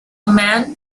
man